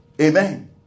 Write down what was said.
Amen